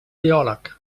teòleg